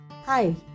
Hi